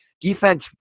defense